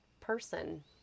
person